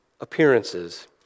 appearances